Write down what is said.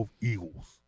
Eagles